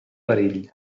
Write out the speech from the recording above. perill